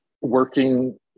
working